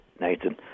Nathan